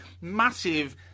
massive